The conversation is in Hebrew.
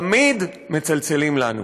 תמיד מצלצלים לנו.